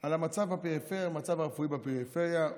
על המצב הרפואי בפריפריה.